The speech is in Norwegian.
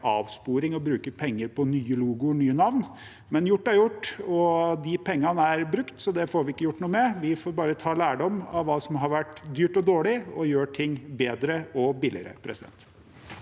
avsporing å bruke penger på nye logoer og nye navn, men gjort er gjort. De pengene er brukt, så det får vi ikke gjort noe med. Vi får bare ta lærdom av det som har vært dyrt og dårlig, og gjøre ting bedre og billigere. Presidenten